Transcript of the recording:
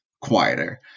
quieter